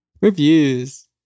Reviews